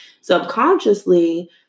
subconsciously